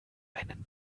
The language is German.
einen